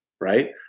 right